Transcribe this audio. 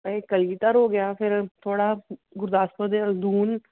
ਇਹ ਕਲਗੀਧਰ ਹੋ ਗਿਆ ਫਿਰ ਥੋੜ੍ਹਾ ਗੁਰਦਾਸਪੁਰ ਦੇ ਦੂਨ